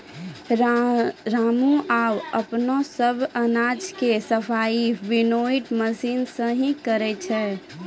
रामू आबॅ अपनो सब अनाज के सफाई विनोइंग मशीन सॅ हीं करै छै